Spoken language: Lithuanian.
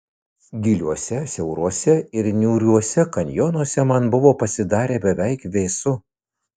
giliuose siauruose ir niūriuose kanjonuose man buvo pasidarę beveik vėsu